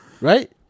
right